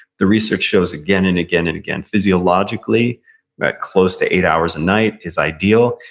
the research shows again and again and again, physiologically that close to eight hours a night is ideal.